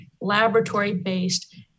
laboratory-based